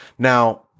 Now